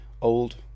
old